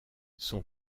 son